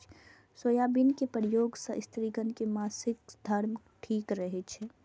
soybean के प्रयोग सं स्त्रिगण के मासिक धर्म ठीक रहै छै